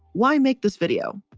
why make this video?